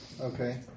Okay